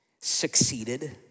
succeeded